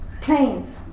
planes